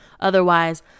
Otherwise